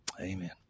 Amen